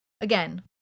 again